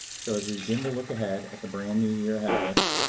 so as we begin to look ahead at the brand new year ahead of us,